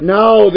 now